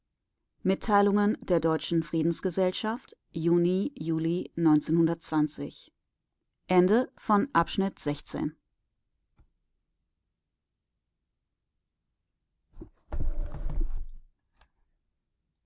mitteilungen der deutschen friedensgesellschaft